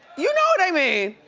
you know what i mean!